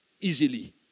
easily